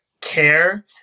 care